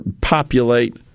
populate